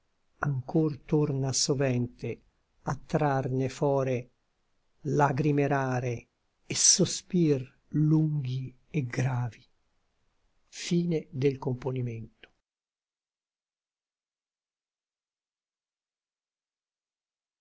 ancor torna sovente a trarne fore lagrime rare et sospir lunghi et gravi i